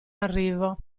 arrivo